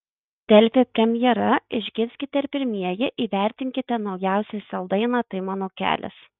delfi premjera išgirskite ir pirmieji įvertinkite naujausią sel dainą tai mano kelias